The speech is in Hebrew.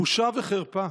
בושה וחרפה.